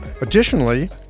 Additionally